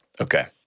Okay